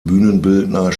bühnenbildner